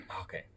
Okay